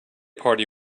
party